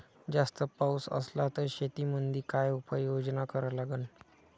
जास्त पाऊस असला त शेतीमंदी काय उपाययोजना करा लागन?